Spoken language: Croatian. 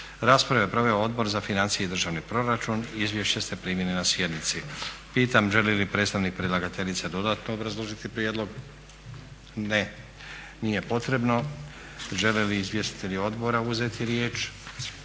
Raspravu je proveo Odbor za financije i državni proračun. Izvješća ste primili na sjednici. Pitam želi li predstavnik predlagateljice dodatno obrazložiti prijedlog? Ne. Nije potrebno. Žele li izvjestitelji Odbora uzeti riječ?